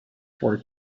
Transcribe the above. for